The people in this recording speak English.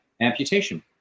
amputation